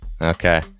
Okay